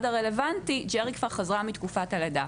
הרלוונטי ג'רי כבר חזרה מחופשת הלידה.